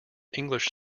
english